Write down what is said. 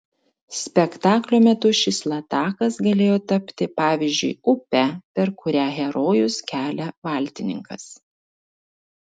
spektaklio metu šis latakas galėjo tapti pavyzdžiui upe per kurią herojus kelia valtininkas